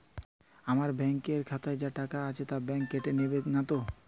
আমার ব্যাঙ্ক এর খাতায় যা টাকা আছে তা বাংক কেটে নেবে নাতো?